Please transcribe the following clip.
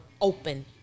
open